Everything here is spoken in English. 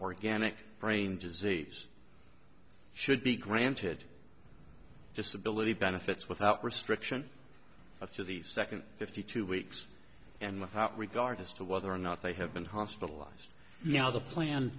organic brain disease should be granted disability benefits without restriction after the second fifty two weeks and without regard as to whether or not they have been hospitalized now the plan